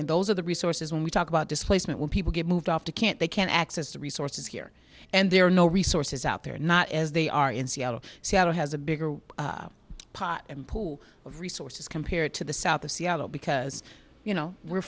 and those are the resources when we talk about displacement when people get moved off to can't they can't access to resources here and there are no resources out there not as they are in seattle seattle has a bigger pot and pool of resources compared to the south of seattle because you know we're